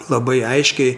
labai aiškiai